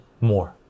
More